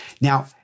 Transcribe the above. Now